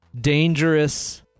dangerous